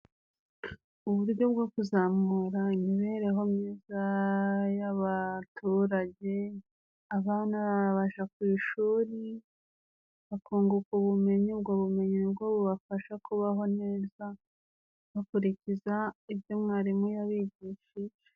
Uburyo bwo kuzamura imibereho myiza y'abaturage, abana baja ku ishuri bakunguka ubumenyi ,ubwo bumenyi nibwo bubafasha kubaho neza bakurikiza ibyo mwarimu yabigishashije.